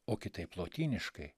o kitaip lotyniškai